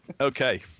Okay